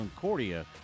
Concordia